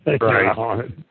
right